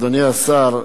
אדוני השר,